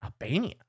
Albania